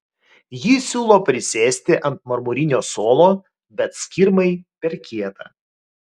ji siūlo prisėsti ant marmurinio suolo bet skirmai per kieta